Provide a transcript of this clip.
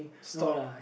stall